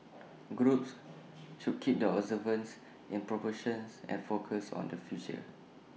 groups should keep their observances in proportions and focused on the future